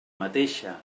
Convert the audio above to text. mateixa